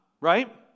right